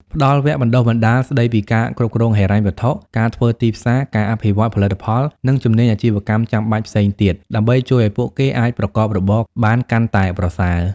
ផ្តល់វគ្គបណ្តុះបណ្តាលស្តីពីការគ្រប់គ្រងហិរញ្ញវត្ថុ ការធ្វើទីផ្សារ ការអភិវឌ្ឍផលិតផល និងជំនាញអាជីវកម្មចាំបាច់ផ្សេងទៀត ដើម្បីជួយឱ្យពួកគេអាចប្រកបរបរបានកាន់តែប្រសើរ ។